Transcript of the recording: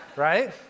right